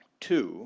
to